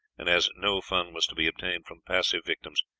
and as no fun was to be obtained from passive victims,